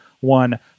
one